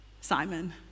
Simon